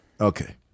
Okay